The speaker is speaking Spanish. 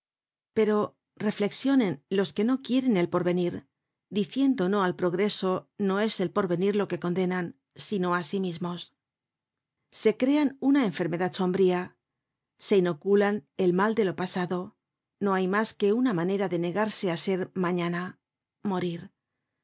pero reflexionen los que no quieren el porvenir diciendo no al progreso no es el porvenir lo que condenan sino á sí mismos se crean una enfermedad sombría se inoculan el mal de lo pasado no hay mas que una manera de negarse á ser mañana morir